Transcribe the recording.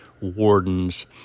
wardens